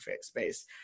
space